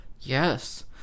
Yes